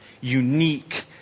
unique